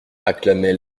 acclamait